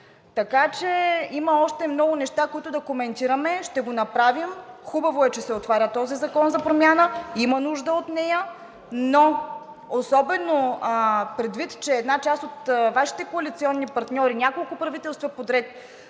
Така че има още много неща, които да коментираме. Ще го направим. Хубаво е, че се отваря този закон за промяна. Има нужда от нея, но особено предвид, че една част от Вашите коалиционни партньори няколко правителства подред